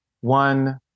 One